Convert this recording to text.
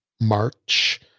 march